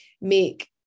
make